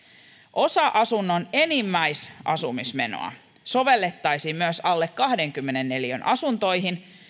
osa asunnon enimmäisasumismenoa sovellettaisiin myös alle kahdenkymmenen neliön asuntoihin